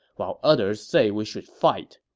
while others say we should fight.